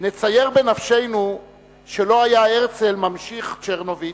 נצייר בנפשנו שלא היה הרצל", ממשיך צ'רנוביץ,